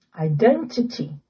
identity